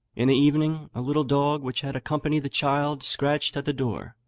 in the evening a little dog, which had accompanied the child, scratched at the door,